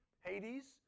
Hades